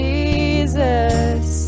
Jesus